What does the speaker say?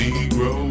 Negro